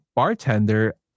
Bartender